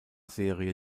serie